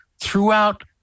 throughout